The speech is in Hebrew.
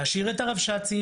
להשאיר את הרבש"צים,